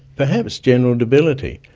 perhaps general debility.